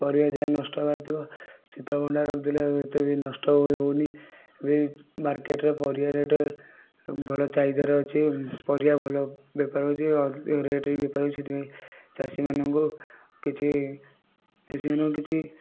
ପରିବା ଯାହା ନଷ୍ଟ ହେବାର ଥିବ ଶୀତଳ ଭଣ୍ଡାରରେ ରଖିଦେଲେ ଆଉ ଏତେ ବି ନଷ୍ଟ ହେଉନି ଏବେ ମାର୍କେଟ୍ରେ ପରିବା ରେଟ୍ ଭଲ ଚାହିଦାରେ ଅଛି ପରିବା ଭଲ ବେପାର ହେଉଛି ଅଧିକ ରେଟ୍ରେ ବି ବେପାର ହେଉଛି ସେଥିପାଇଁ ଚାଷୀମାନଙ୍କୁ କିଛି ଚାଷୀମାନଙ୍କୁ କିଛି